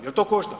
Jel to košta?